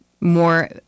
more